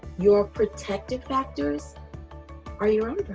your protective factors are your